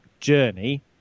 journey